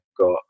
got